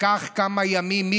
לקח כמה ימים.